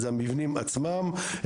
שזה המבנים עצמם.